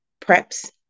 preps